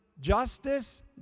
justice